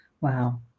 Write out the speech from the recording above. Wow